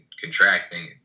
contracting